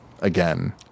again